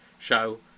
show